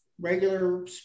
regular